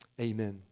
amen